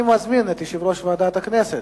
אני מזמין את יושב-ראש ועדת הכנסת,